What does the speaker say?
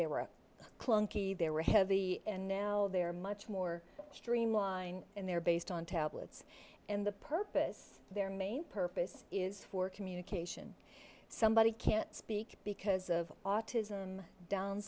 were clunky they were heavy and now they're much more streamlined and they're based on tablets and the purpose their main purpose is for communication somebody can't speak because of autism down